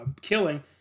killing